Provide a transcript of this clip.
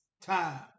time